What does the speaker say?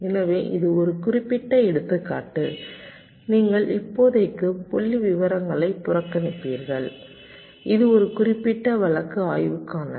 எனவே இது ஒரு குறிப்பிட்ட எடுத்துக்காட்டு நீங்கள் இப்போதைக்கு புள்ளிவிவரங்களை புறக்கணிப்பீர்கள் இது ஒரு குறிப்பிட்ட வழக்கு ஆய்வுக்கானது